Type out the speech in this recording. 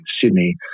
Sydney